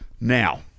Now